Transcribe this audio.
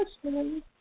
questions